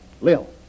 Lil